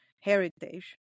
heritage